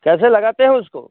कैसे लगाते हैं उसको